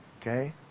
Okay